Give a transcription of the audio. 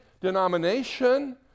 denomination